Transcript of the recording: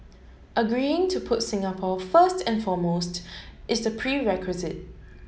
agreeing to put Singapore first and foremost is the prerequisite